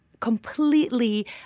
completely